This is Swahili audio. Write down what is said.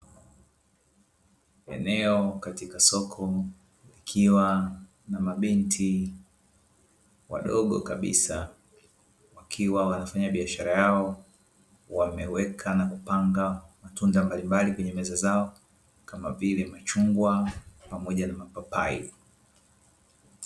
Eneo katika soko ikiwa na mabinti wadogo kabisa wakiwa wanafanya biashara yao wameweka na kupanga matunda mbalimbali kwenye meza zao, kama vile machungwa pamoja na mapapai.